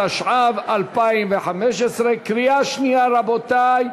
התשע"ו 2015. קריאה שנייה, רבותי.